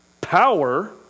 power